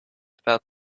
about